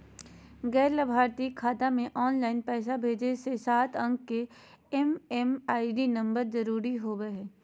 गैर लाभार्थी खाता मे ऑनलाइन पैसा भेजे ले सात अंक के एम.एम.आई.डी नम्बर जरूरी होबय हय